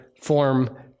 form